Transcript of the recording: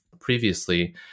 previously